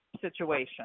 situation